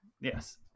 Yes